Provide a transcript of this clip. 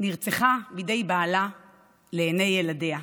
נרצחה בידי בעלה לעיני ילדיה,